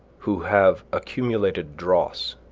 who have accumulated dross,